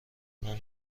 معتقدم